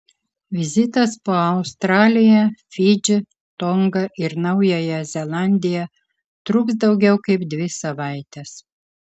vizitas po australiją fidžį tongą ir naująją zelandiją truks daugiau kaip dvi savaites